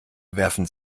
werfen